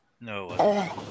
No